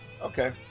Okay